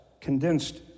condensed